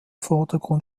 vordergrund